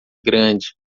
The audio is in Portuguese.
grande